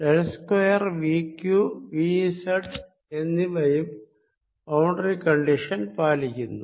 del square V q V z ഇവയും boundary condition പാലിക്കുന്നു